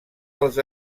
els